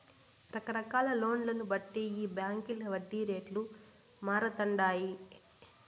రకరకాల లోన్లను బట్టి ఈ బాంకీల వడ్డీ రేట్లు మారతండాయి